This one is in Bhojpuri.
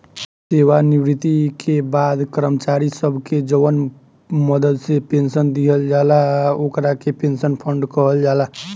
सेवानिवृत्ति के बाद कर्मचारी सब के जवन मदद से पेंशन दिहल जाला ओकरा के पेंशन फंड कहल जाला